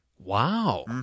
Wow